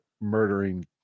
murdering